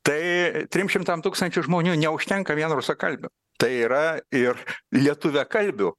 tai trims šimtam tūkstančių žmonių neužtenka vien rusakalbių tai yra ir lietuviakalbių